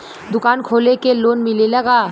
दुकान खोले के लोन मिलेला का?